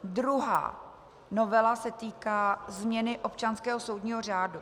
Druhá novela se týká změny občanského soudního řádu.